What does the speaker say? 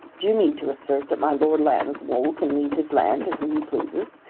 do you mean to assert that my lord lambswool can leave his land to whom he pleases?